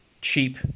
cheap